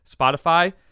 Spotify